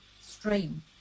stream